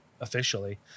officially